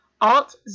Alt